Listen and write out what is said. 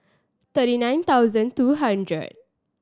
thirty nine thousand two hundred